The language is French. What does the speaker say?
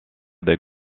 des